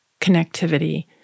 connectivity